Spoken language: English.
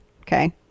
Okay